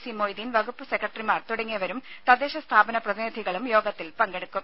C Moideen വകുപ്പ് സെക്രട്ടറിമാർ തുടങ്ങിയവരും തദ്ദേശ സ്ഥാപന പ്രതിനിധികളും പങ്കെടുക്കും